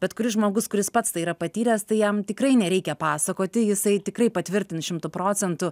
bet kuris žmogus kuris pats tai yra patyręs tai jam tikrai nereikia pasakoti jisai tikrai patvirtins šimtu procentų